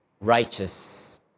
righteous